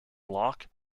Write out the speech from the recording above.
locke